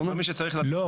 לא.